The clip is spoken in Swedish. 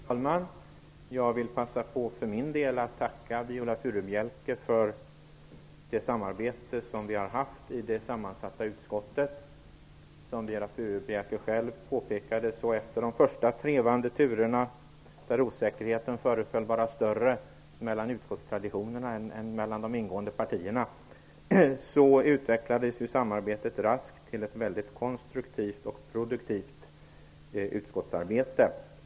Fru talman! Jag vill passa på att tacka Viola Furubjelke för samarbetet i det sammansatta utskottet. Som Viola Furubjelke själv påpekade utvecklades samarbetet efter de första trevande turerna, där osäkerheten mellan utskottstraditionerna föreföll vara större än mellan de deltagande partierna, raskt till ett väldigt konstruktivt och produktivt utskottsarbete.